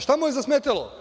Šta mu je zasmetalo?